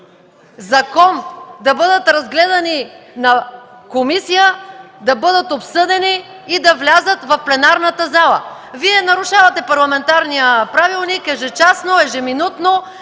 – да бъдат разгледани на комисия, да бъдат обсъдени и да влязат в пленарната зала. Вие нарушавате парламентарния правилник ежечасно, ежеминутно.